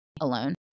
alone